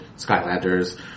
Skylanders